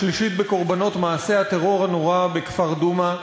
השלישית בקורבנות מעשה הטרור הנורא בכפר דומא,